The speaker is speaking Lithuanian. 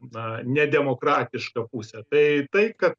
na nedemokratišką pusę tai taip kad